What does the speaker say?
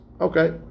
Okay